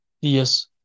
Yes